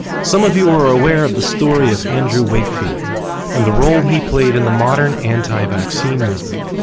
some of you are aware of the story of andrew wakefield and the role he played in the modern anti-vaccine movement,